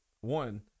one